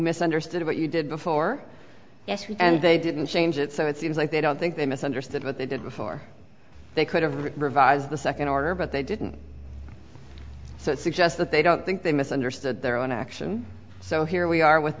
misunderstood what you did before yes and they didn't change it so it seems like they don't think they misunderstood what they did before they could have revised the second order but they didn't so it suggests that they don't think they misunderstood their own action so here we are with